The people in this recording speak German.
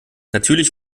natürlich